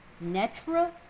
natural